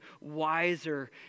wiser